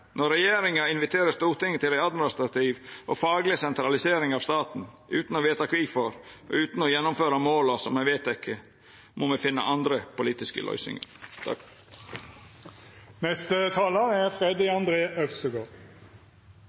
Når regjeringa inviterer Stortinget til ei administrativ og fagleg sentralisering av staten utan å vita kvifor og utan å gjennomføra måla som er vedtekne, må me finna andre politiske løysingar.